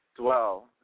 dwell